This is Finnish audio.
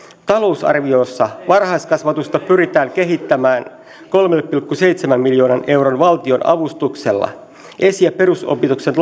talousarviossa varhaiskasvatusta pyritään kehittämään kolmen pilkku seitsemän miljoonan euron valtionavustuksella esi ja perusopetuksen